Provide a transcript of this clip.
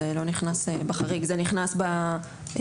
זה לא נכנס בחריג אלא זה נכנס בתנאים.